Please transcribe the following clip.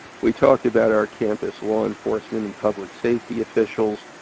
we talked about our campus law enforcement and public safety officials.